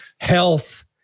health